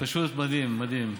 פשוט מדהים, מדהים.